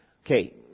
Okay